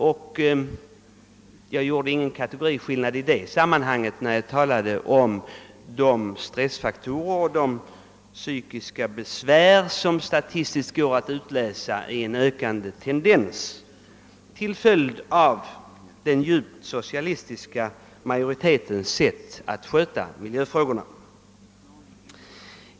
Jag gjorde inte heller någon kategoriklyvning i detta sammanhang när det gällde de stressfaktorer och de psykiska besvär, som statistiskt kan utläsas i en ökande tendens till följd av den djupt socialistiska majoritetens sätt att sköta miljöfrågorna.